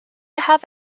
have